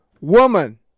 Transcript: woman